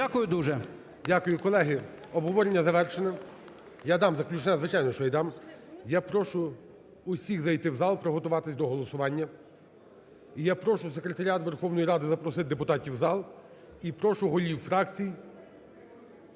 Дякую. Колеги, обговорення завершено. (Шум у залі) Я дам заключне. Звичайно, що я дам. Я прошу усіх зайти в зал, приготуватися до голосування. І я прошу секретаріат Верховної Ради запросити депутатів в зал. І прошу голів фракцій